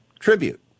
Tribute